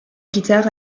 guitare